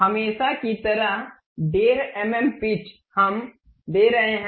हमेशा की तरह 15 एमएम पिच हम दे रहे हैं